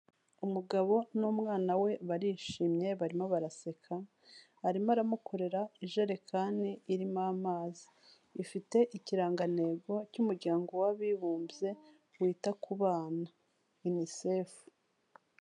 Umugabo n'umwana we barishimye barimo baraseka, arimo aramukorera ijerekani irimo amazi, ifite ikirangantego cy'umuryango w'abibumbye wita ku bana Unicef.